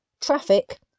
traffic